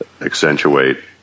accentuate